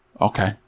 Okay